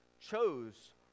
chose